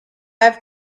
have